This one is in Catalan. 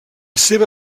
seva